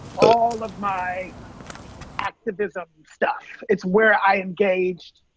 all of my activism stuff. it's where i engaged.